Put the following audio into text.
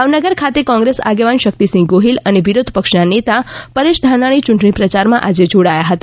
ભાવનગર ખાતે કોંગ્રેસ આગેવાન શક્તિસિંહ ગોહિલ અને વિરોધ પક્ષ ના નેતા પરેશ ધાનાણી યૂંટણી પ્રયાર માં આજે જોડાયા હતા